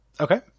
Okay